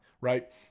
right